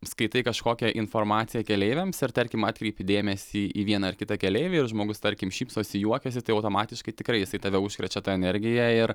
skaitai kažkokią informaciją keleiviams ir tarkim atkreipi dėmesį į vieną ar kitą keleivį ir žmogus tarkim šypsosi juokiasi tai automatiškai tikrai jisai tave užkrečia ta energija ir